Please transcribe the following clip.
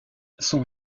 son